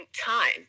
time